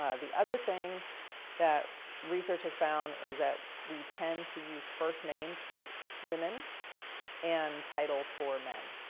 ah the other thing that research has found, is that we tend to use first names for women and titles for men.